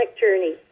journey